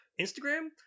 Instagram